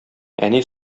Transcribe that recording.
әни